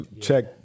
check